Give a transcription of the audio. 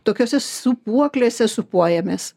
tokiose sūpuoklėse sūpuojamės